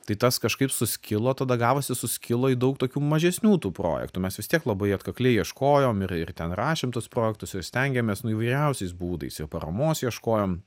tai tas kažkaip suskilo tada gavosi suskilo į daug tokių mažesnių tų projektų mes vis tiek labai atkakliai ieškojom ir ir ten rašėm tuos projektus ir stengiamės nu įvairiausiais būdais ir paramos ieškojom